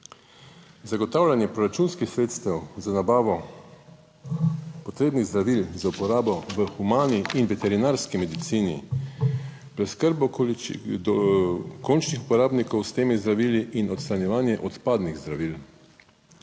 Zagotavljanje proračunskih sredstev za nabavo potrebnih zdravil za uporabo v humani in veterinarski medicini, preskrbo končnih uporabnikov s temi zdravili 63. TRAK: (SC)